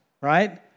right